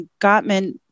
Gottman